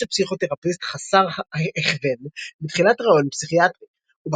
של פסיכותרפיסט חסר הכוון בתחילת ראיון פסיכיאטרי".